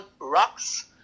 rocks